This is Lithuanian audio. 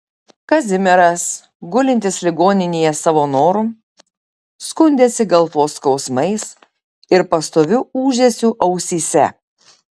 kazimieras gulintis ligoninėje savo noru skundėsi galvos skausmais ir pastoviu ūžesiu ausyse